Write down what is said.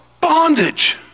bondage